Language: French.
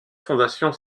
fondation